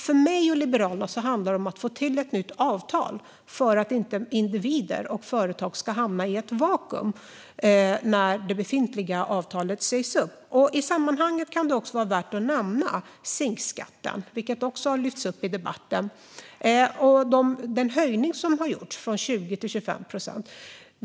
För mig och Liberalerna handlar det om att få till ett nytt avtal för att inte individer och företag ska hamna i ett vakuum när det befintliga avtalet sägs upp. I det sammanhanget kan det vara värt att nämna SINK-skatten, som också har lyfts upp i debatten, och den höjning som gjorts från 20 till 25 procent.